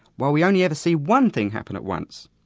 while we only ever see one thing happen at once.